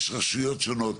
יש רשויות שונות,